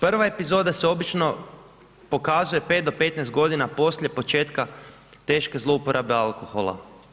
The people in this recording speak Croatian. Prva epizoda se obično pokazuje 5 do 15 godina poslije početka teške zlouporabe alkohola.